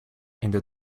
into